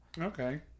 Okay